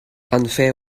unfair